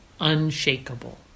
unshakable